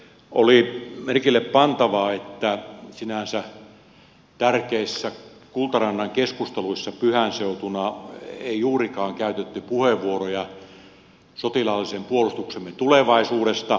oli merkille pantavaa että sinänsä tärkeissä kultarannan keskusteluissa pyhän seutuna ei juurikaan käytetty puheenvuoroja sotilaallisen puolustuksemme tulevaisuudesta